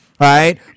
right